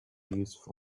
useful